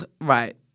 Right